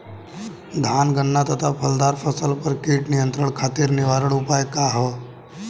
धान गन्ना तथा फलदार फसल पर कीट नियंत्रण खातीर निवारण उपाय का ह?